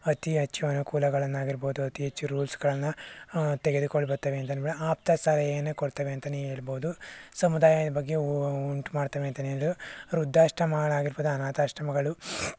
ಅತಿ ಹೆಚ್ಚು ಅನುಕೂಲಗಳನ್ನಾಗಿರ್ಬೋದು ಅತಿ ಹೆಚ್ಚು ರೂಲ್ಸ್ಗಳನ್ನು ತೆಗೆದು ಆಪ್ತ ಸಲಹೆಯನ್ನು ಕೊಡುತ್ತವೆ ಅಂತಲೇ ಹೇಳ್ಬೋದು ಸಮುದಾಯದ ಬಗ್ಗೆ ಉಂಟು ಮಾಡುತ್ತವೆ ಅಂತಲೇ ಹೇಳ್ಬೋದು ವೃದ್ಧಾಶ್ರಮಗಳಾಗಿರ್ಬೋದು ಅನಾಥಾಶ್ರಮಗಳು